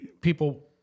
people